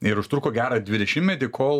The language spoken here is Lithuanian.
ir užtruko gerą dvidešimetį kol